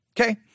Okay